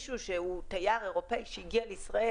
תייר אירופאי שהגיע לישראל,